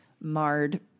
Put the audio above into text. marred